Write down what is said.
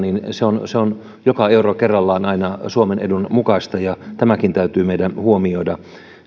se on se on joka euro kerrallaan aina suomen edun mukaista ja tämäkin täytyy meidän huomioida se